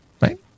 right